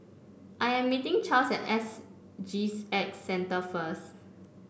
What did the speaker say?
I am meeting Charles at S G X Centre first